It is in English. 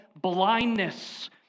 blindness